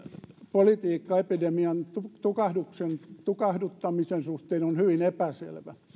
politiikka epidemian tukahduttamisen tukahduttamisen suhteen on hyvin epäselvä